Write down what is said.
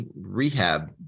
rehab